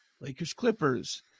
Lakers-Clippers